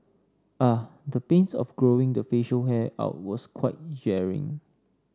ah the pains of growing the facial hair out was quite jarring